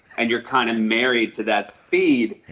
and you're kind of married to that speed.